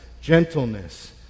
gentleness